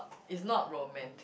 is not romantic